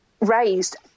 raised